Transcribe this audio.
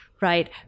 right